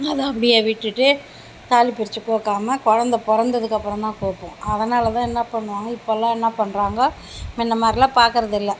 அதை அப்படியே விட்டுவிட்டு தாலி பிரித்து கோர்க்காம குழந்த பிறந்ததுக்கு அப்றந்தான் கோர்ப்போம் அதனால் தான் என்ன பண்ணுவாங்க இப்போலாம் என்ன பண்ணுறாங்க முன்ன மாதிரிலாம் பாக்கிறதில்ல